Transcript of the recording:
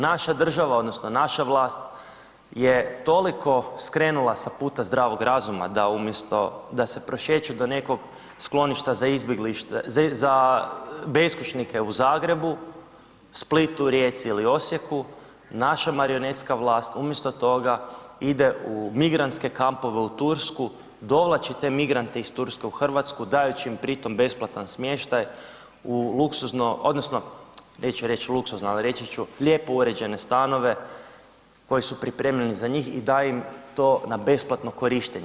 Naša država odnosno naša vlast je toliko skrenula sa puta zdravog razuma da umjesto da se prošeću do nekog skloništa za beskućnike u Zagrebu, Splitu, Rijeci ili Osijeku, naša marionetska vlast umjesto toga ide u migrantske kampove u Tursku, dovlači te migrante iz Turske u RH dajući im pri tom besplatan smještaj u luksuzno odnosno neću reć luksuzno, ali reći ću lijepo uređene stanove koji su pripremljeni za njih i daje im to na besplatno korištenje.